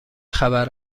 خبر